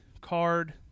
card